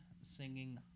singing